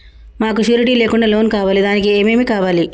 మాకు షూరిటీ లేకుండా లోన్ కావాలి దానికి ఏమేమి కావాలి?